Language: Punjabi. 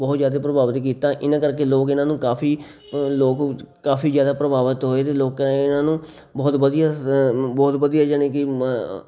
ਬਹੁਤ ਜ਼ਿਆਦਾ ਪ੍ਰਭਾਵਿਤ ਕੀਤਾ ਇਹਨਾਂ ਕਰਕੇ ਲੋਕ ਇਹਨਾਂ ਨੂੰ ਕਾਫੀ ਪ ਲੋਕ ਕਾਫੀ ਜ਼ਿਆਦਾ ਪ੍ਰਭਾਵਿਤ ਹੋਏ ਅਤੇ ਲੋਕਾਂ ਨੇ ਇਹਨਾਂ ਨੂੰ ਬਹੁਤ ਵਧੀਆ ਬਹੁਤ ਵਧੀਆ ਜਾਣੀ ਕਿ ਮ